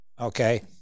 okay